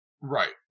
Right